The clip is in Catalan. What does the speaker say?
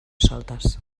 soltes